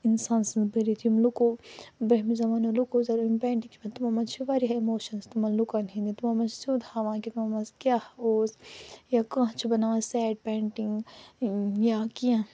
اِنسان سٕنٛز بٔرِتھ یِم لُکو برٛونٛہمہِ زمانو لُکو یِم پینٹِنٛگ چھِ بَناومژٕ تِمو مَنٛز چھِ واریاہ اِموشَنٕز تِمن لُکَن ہٕنٛدۍ تِمو مَنٛز چھِ سیوٚد ہاوان کہِ تِمو مَنٛز کیٛاہ اوس یا کانٛہہ چھُ بناوان سیڈ پینٹِنٛگ یا کیٚنٛہہ